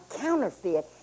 counterfeit